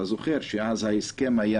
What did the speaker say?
אתה זוכר שאז ההסכם היה